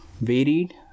varied